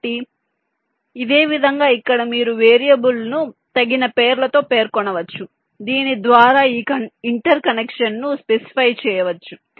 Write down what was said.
కాబట్టి ఇదే విధంగా ఇక్కడ మీరు వేరియబుల్ను తగిన పేర్లతో పేర్కొనవచ్చు దీని ద్వారా ఈ ఇంటర్ కనెక్షన్ ను స్పెసిఫై చేయవచ్చు